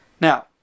now